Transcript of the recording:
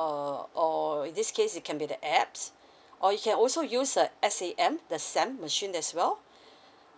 or or in this case it can be the apps or you can also use a S A M the sam machine as well